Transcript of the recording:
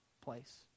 place